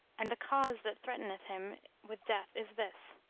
and the cause that threateneth him with death is this.